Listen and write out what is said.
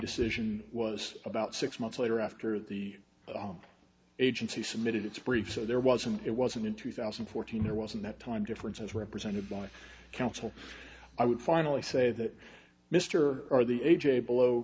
decision was about six months later after the agency submitted its briefs so there wasn't it wasn't in two thousand and fourteen or wasn't that time difference as represented by counsel i would finally say that mr r the a j below